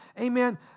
Amen